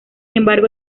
embargo